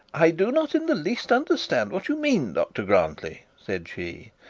i do not in the least understand what you mean, dr grantly said she.